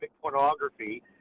pornography